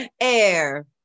Air